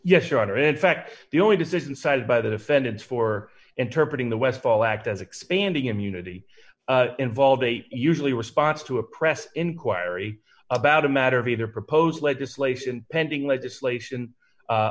honor in fact the only decision cited by the defendants for interpreting the westfall act as expanding immunity involves a usually response to a press inquiry about a matter of either proposed legislation pending legislation